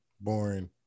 Boring